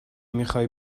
میخای